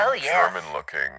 German-looking